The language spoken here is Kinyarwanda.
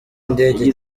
indege